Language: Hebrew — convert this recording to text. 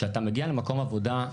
כשאתה מגיע למקום עבודה,